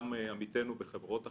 גם עמיתנו בחברות אחרות,